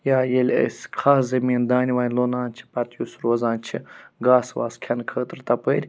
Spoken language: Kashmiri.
یا ییٚلہِ أسۍ خاص زٔمیٖن دانہِ وانہِ لونان چھِ پَتہٕ یُس روزان چھُ گاسہٕ واسہٕ کھیٚنہٕ خٲطرٕ تَپٲرۍ